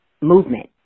movement